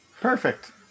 perfect